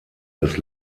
des